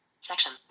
section